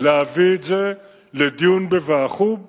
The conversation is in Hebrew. להביא את זה לדיון בוועדת החוץ והביטחון,